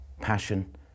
passion